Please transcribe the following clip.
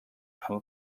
amb